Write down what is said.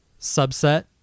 subset